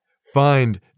find